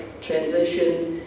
transition